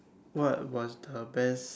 what was the best